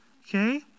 okay